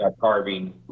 Carving